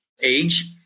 age